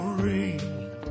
rain